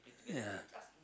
ya